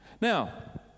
Now